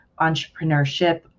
entrepreneurship